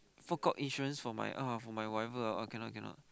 fork out insurance for my uh for my whatever ah cannot cannot